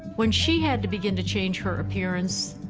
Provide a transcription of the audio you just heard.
when she had to begin to change her appearance,